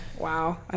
Wow